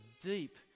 deep